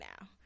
now